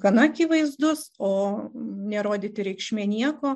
gana akivaizdus o nerodyti reikšmė nieko